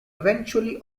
eventually